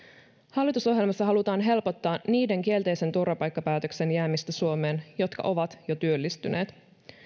hallitusohjelmassa halutaan helpottaa niiden kielteisen turvapaikkapäätöksen saaneiden henkilöiden jäämistä suomeen jotka ovat jo työllistyneet